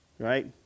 right